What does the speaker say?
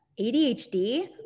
ADHD